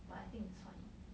but I think it's fine